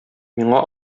миңа